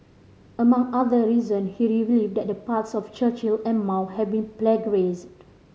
among other reason he revealed that the parts on Churchill and Mao have been plagiarised